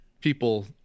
people